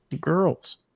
girls